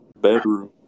bedroom